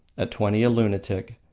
at twenty a lunatic,